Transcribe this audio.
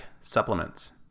supplements